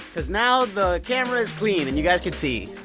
cause now the camera is clean and you guys can see.